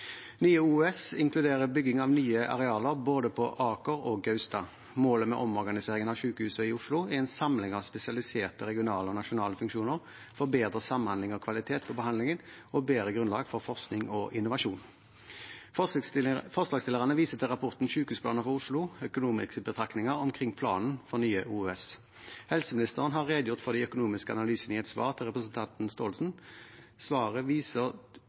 Nye OUS inkluderer bygging av nye arealer både på Aker og på Gaustad. Målet med omorganiseringen av sykehusene i Oslo er en samling av spesialiserte regionale og nasjonale funksjoner for bedre samhandling og kvalitet i behandlingen og bedre grunnlag for forskning og innovasjon. Forslagsstillerne viser til rapporten «Sykehusplaner for Oslo – Økonomiske betraktninger omkring planen for Nye Oslo universitetssykehus». Helseministeren har redegjort for de økonomiske analysene i et svar. Svaret viser